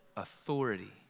Authority